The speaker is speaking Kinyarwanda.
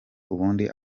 ubundi